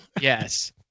Yes